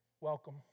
welcome